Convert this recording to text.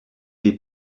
des